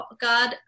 God